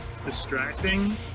distracting